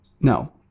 No